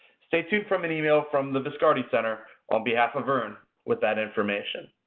stay tuned from an email from the viscardi center on behalf of earn with that information.